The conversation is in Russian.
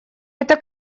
это